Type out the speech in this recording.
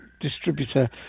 distributor